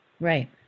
Right